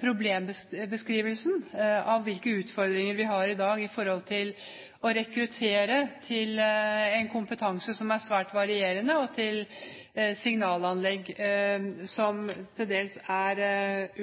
problembeskrivelsen av hvilke utfordringer vi har i dag i forhold til å rekruttere til en kompetanse som er svært varierende, og til signalanlegg som til dels er